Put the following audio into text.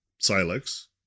Silex